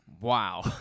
Wow